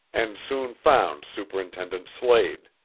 and soon found superintendent slade.